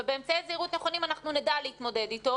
ובאמצעי זהירות נכונים אנחנו נדע להתמודד איתו,